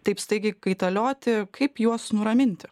taip staigiai kaitalioti kaip juos nuraminti